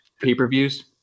pay-per-views